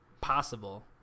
possible